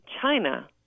China